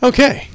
Okay